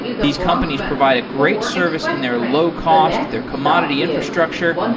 these companies provide a great service in their low-cost, their commodity infrastructure,